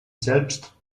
selbst